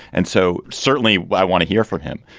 and so certainly i want to hear from him.